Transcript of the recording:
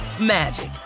magic